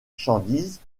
marchandises